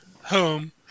home